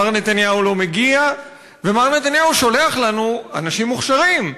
מר נתניהו לא מגיע ומר נתניהו שולח לנו אנשים מוכשרים,